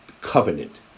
covenant